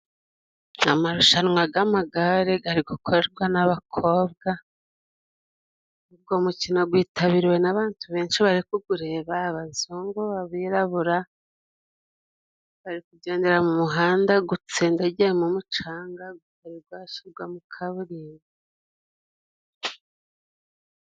Amarushanwa g'amagare gari gukorwa n'abakobwa, ugwo mukino gwitabiriwe n'abantu benshi bari gwukureba, abazungu n'abirabura, bari kugendera mu muhanda gwutsindagiye mo umucanga, gwutari gwashigwamo kaburimbo.